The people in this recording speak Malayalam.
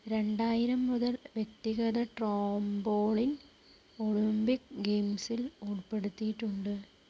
രണ്ടായിരം മുതൽ വ്യക്തിഗത ട്രാംപോളിൻ ഒളിമ്പിക് ഗെയിംസിൽ ഉൾപ്പെടുത്തിയിട്ടുണ്ട്